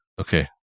Okay